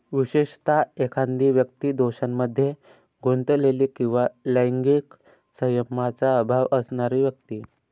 विशेषतः, एखादी व्यक्ती दोषांमध्ये गुंतलेली किंवा लैंगिक संयमाचा अभाव असणारी व्यक्ती